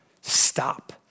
stop